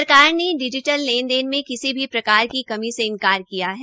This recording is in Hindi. सरकार ने डिजीटल लेने देन में किसी भी प्रकार की कमी में इन्कार किया है